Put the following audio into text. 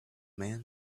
man